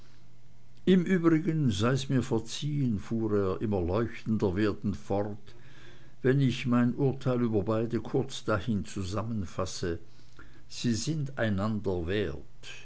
im übrigen sei mir's verziehen fuhr er immer leuchtender werdend fort wenn ich mein urteil über beide kurz dahin zusammenfasse sie sind einander wert